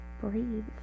Breathe